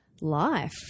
life